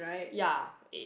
ya is